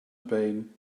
pain